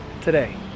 today